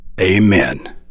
Amen